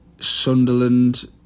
Sunderland